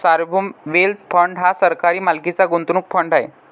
सार्वभौम wealth fund हा सरकारी मालकीचा गुंतवणूक फंड आहे